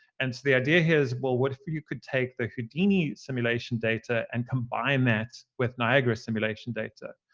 and so the idea here is, well, what if you could take the houdini simulation data and combine that with niagara's simulation data?